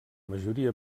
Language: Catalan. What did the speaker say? majoria